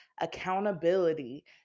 accountability